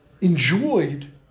enjoyed